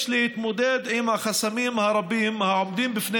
יש להתמודד עם החסמים הרבים העומדים בפני